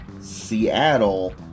Seattle